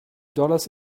dollars